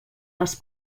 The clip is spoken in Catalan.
les